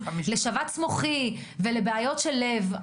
לשבץ מוחי ולבעיות לב,